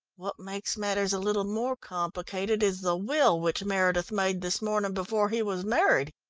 what makes matters a little more complicated, is the will which meredith made this morning before he was married.